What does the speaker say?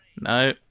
No